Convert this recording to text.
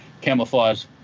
camouflage